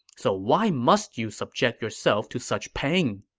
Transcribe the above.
so why must you subject yourself to such pain?